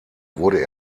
wurde